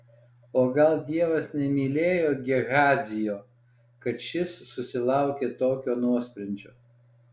o gal dievas nemylėjo gehazio kad šis susilaukė tokio nuosprendžio